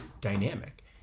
dynamic